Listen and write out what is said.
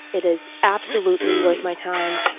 it is absolutely worth my time.